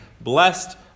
Blessed